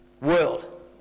world